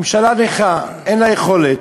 ממשלה נכה, אין לה יכולת.